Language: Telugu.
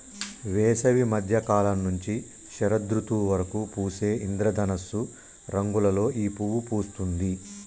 వేసవి మద్య కాలం నుంచి శరదృతువు వరకు పూసే ఇంద్రధనస్సు రంగులలో ఈ పువ్వు పూస్తుంది